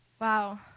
Wow